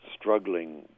struggling